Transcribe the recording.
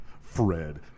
Fred